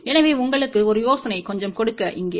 எனவே உங்களுக்கு ஒரு யோசனை கொஞ்சம் கொடுக்க இங்கே